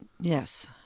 Yes